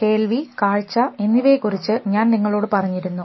കേൾവി കാഴ്ച എന്നിവയെകുറിച് ഞാൻ നിങ്ങളോട് പറഞ്ഞിരുന്നു